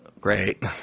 Great